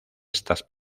estas